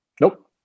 Nope